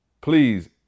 please